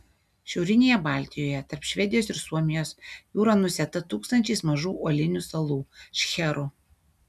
šiaurinėje baltijoje tarp švedijos ir suomijos jūra nusėta tūkstančiais mažų uolinių salų šcherų